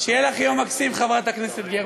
שיהיה לך יום מקסים, חברת הכנסת גרמן.